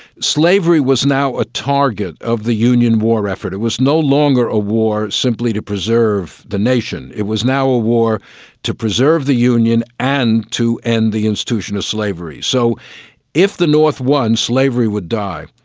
slavery was now a target of the union war effort, it was no longer a war simply to preserve the nation, it was now a war to preserve the union and to end the institution of slavery. so if the north one, slavery would die.